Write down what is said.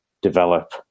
develop